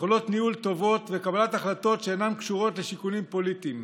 יכולות ניהול טובות וקבלת החלטות שאינן קשורות לשיקולים פוליטיים.